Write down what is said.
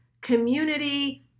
community